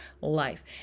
life